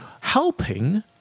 helping